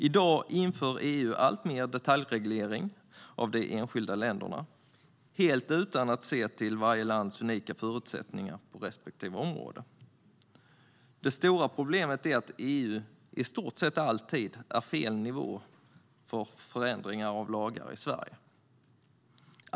I dag inför EU alltmer detaljreglering av de enskilda länderna, helt utan att se till varje lands unika förutsättningar på respektive område. Det stora problemet är att EU-nivån i stort sett alltid är fel nivå för förändringar av lagar i Sverige.